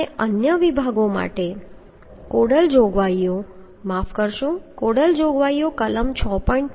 અને અન્ય વિભાગો માટે કોડલ જોગવાઈઓ માફ કરશો કોડલ જોગવાઈઓ કલમ 6